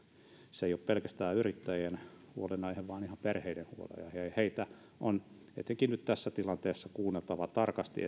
se ei ole pelkästään yrittäjien huolenaihe vaan ihan perheiden huolenaihe ja heitä on etenkin nyt tässä tilanteessa kuunneltava tarkasti